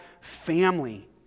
family